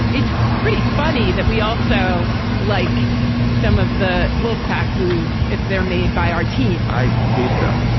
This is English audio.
it's pretty funny that we also like some of the wolfpack moves if they're made by our team i hate them.